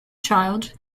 child